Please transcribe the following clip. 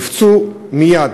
הופצו מייד,